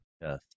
Yes